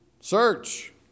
Search